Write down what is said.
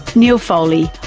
neil foley,